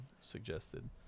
suggested